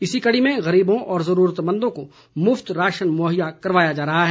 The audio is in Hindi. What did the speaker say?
इसी कड़ी में गरीबों व जरूरतमंदों को मुफ्त राशन मुहैया करवाया जा रहा है